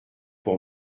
pour